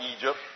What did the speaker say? Egypt